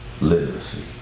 literacy